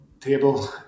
table